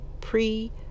pre